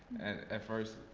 and at first,